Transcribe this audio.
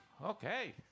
Okay